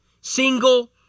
single